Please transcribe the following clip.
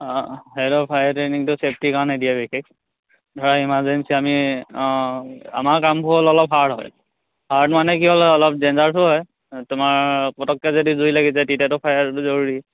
সেইটো ফায়াৰ ট্ৰেইনিংটো চেফ্টিৰ কাৰণে দিয়ে বিশেষ ধৰা ইমাৰ্জেঞ্চি আমি আমাৰ কামবোৰ হ'ল অলপ হাৰ্ড হয় হাৰ্ড মানে কি হ'লে অলপ ডেঞজাৰটো হয় তোমাৰ পটককে যদি জুই লাগিছে তেতিয়াতো ফায়াৰটো জৰুৰী